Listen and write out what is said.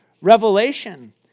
revelation